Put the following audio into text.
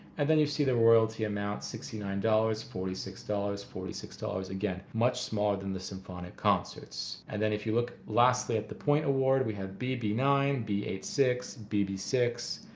and then you see the royalty amount sixty nine dollars, forty six, forty six dollars, again much smaller than the symphonic concerts and then if you look lastly at the point award we have b b nine, b a six, b b six.